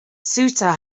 ceuta